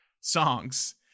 songs